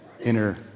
inner